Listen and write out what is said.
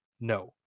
no